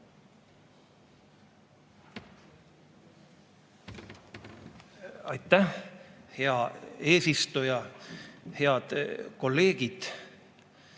Aitäh, hea eesistuja! Head kolleegid!